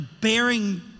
bearing